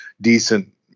decent